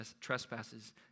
trespasses